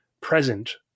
present